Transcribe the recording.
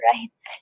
rights